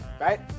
Right